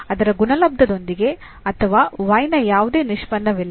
ಅದರ ಗುಣಲಬ್ದದೊಂದಿಗೆ y ಅಥವಾ y ನ ಯಾವುದೇ ನಿಷ್ಪನ್ನವಿಲ್ಲ